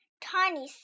Tiny